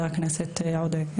יושב-ראש וחבר הכנסת איימן עודה,